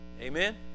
amen